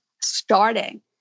starting